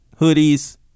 hoodies